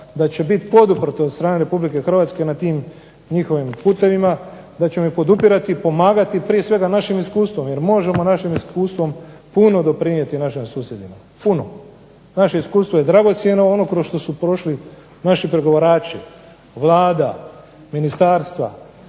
da će biti poduprto od strane Republike Hrvatske na tim njihovim putevima, da ćemo i podupirati i pomagati prije svega našim iskustvom jer možemo našim iskustvom puno doprinijeti našim susjedima, puno. Naše iskustvo je dragocjeno, ono kroz što su prošli naši pregovarači, Vlada, ministarstva,